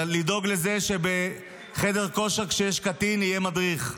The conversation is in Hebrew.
לדאוג לזה שכשיש קטין בחדר כושר יהיה בו מדריך,